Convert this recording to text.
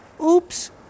Oops